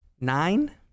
nine